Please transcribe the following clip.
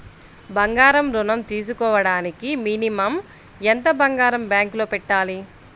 బంగారం ఋణం తీసుకోవడానికి మినిమం ఎంత బంగారం బ్యాంకులో పెట్టాలి?